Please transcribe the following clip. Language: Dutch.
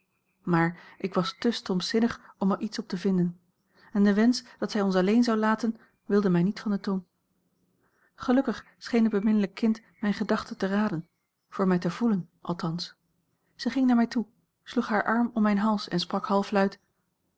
maar ik was te stompzinnig om er iets op te vinden en de wensch dat zij ons alleen zou laten wilde mij niet van de tong gelukkig scheen het beminlijke kind mijne gedachte te raden voor mij te voelen althans zij ging naar mij toe sloeg haar arm om mijn hals en sprak halfluid